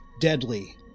deadly